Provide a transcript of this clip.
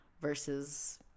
versus